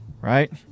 Right